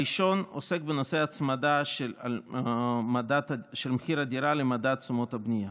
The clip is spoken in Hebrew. הראשון עוסק בנושא ההצמדה של מחיר הדירה למדד תשומות הבנייה.